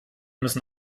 müssen